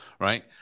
right